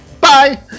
Bye